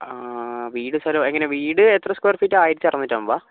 വീട് സ്ഥലവും എങ്ങനെയാണ് വീട് എത്ര സ്ക്വയർ ഫീറ്റ് ആണ് ആയിരത്തി അറുനൂറ്റമ്പതാണോ